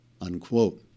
unquote